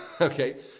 okay